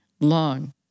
long